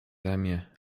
zajmie